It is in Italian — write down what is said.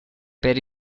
per